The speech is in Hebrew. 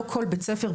לא כל בית ספר,